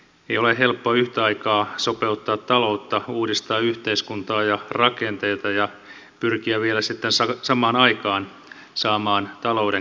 ei ole helppo yhtä aikaa sopeuttaa taloutta uudistaa yhteiskuntaa ja rakenteita ja pyrkiä vielä sitten samaan aikaan saamaan talouden kasvuun